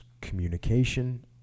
communication